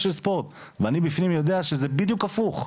ואני בפנים יודע שזה בדיוק הפוך.